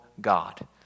god